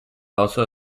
also